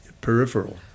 peripheral